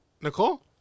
Nicole